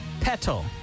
Petal